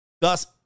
Thus